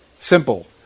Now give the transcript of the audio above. Simple